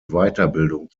weiterbildung